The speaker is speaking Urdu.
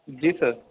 جی سر